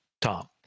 Tom